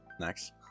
next